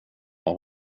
har